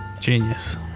genius